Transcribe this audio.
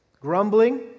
grumbling